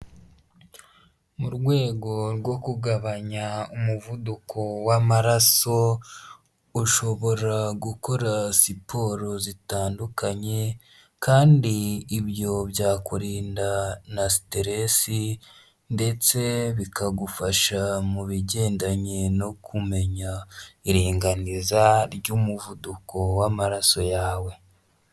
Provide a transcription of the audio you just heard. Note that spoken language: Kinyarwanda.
Mu rwego rwo kugabanya umuvuduko w'amaraso ushobora gukora siporo zitandukanye kandi ibyo byakurinda na siteresi ndetse bikagufasha mu bigendanye no kumenya iringaniza ry'umuvuduko w'amaraso yawe.